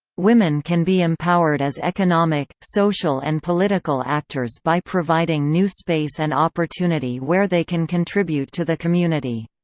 women can be empowered as economic, social and political actors by providing new space and opportunity where they can contribute to the community.